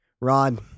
Rod